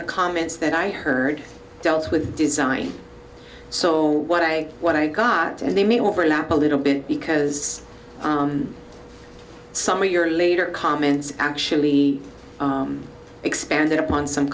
the comments that i heard dealt with design so what i what i got in the me overlap a little bit because some of your later comments actually expanded upon some